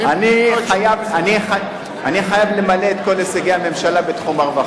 אני חייב למלא את כל הישגי הממשלה בתחום הרווחה.